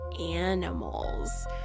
animals